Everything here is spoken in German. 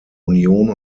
union